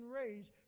raised